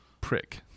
prick